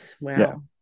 Wow